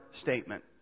statement